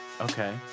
Okay